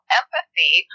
empathy